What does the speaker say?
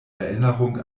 erinnerung